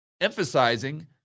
emphasizing